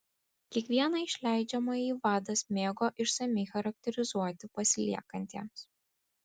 kiekvieną išleidžiamąjį vadas mėgo išsamiai charakterizuoti pasiliekantiems